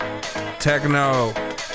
techno